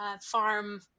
farm